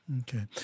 Okay